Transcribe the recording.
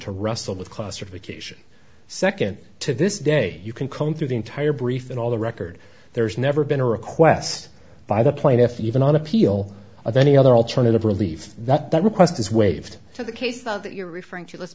to wrestle with classification second to this day you can comb through the entire brief and all the record there's never been a request by the plaintiff even on appeal of any other alternative relief that request is waived to the case so that you're referring to let's